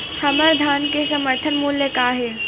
हमर धान के समर्थन मूल्य का हे?